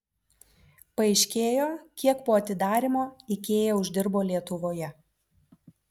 paaiškėjo kiek po atidarymo ikea uždirbo lietuvoje